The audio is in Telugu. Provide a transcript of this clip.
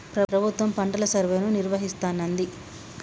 ప్రభుత్వం పంటల సర్వేను నిర్వహిస్తానంది